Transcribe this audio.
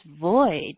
void